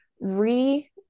re